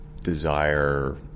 Desire